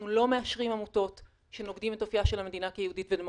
אנחנו לא מאשרים עמותות שנוגדות את אופייה של המדינה כיהודית ודמוקרטית,